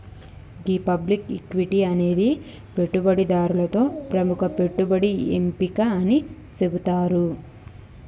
గీ public equity అనేది పెట్టుబడిదారులతో ప్రముఖ పెట్టుబడి ఎంపిక అని సెబుతారు